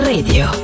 Radio